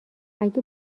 اگه